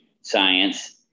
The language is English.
science